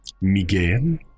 Miguel